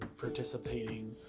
participating